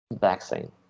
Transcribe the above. vaccine